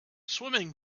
swimming